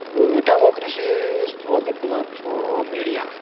democracy یُس fourth pillar چھُ media